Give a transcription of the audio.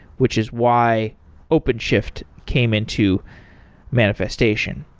which is why openshift came into manifestation.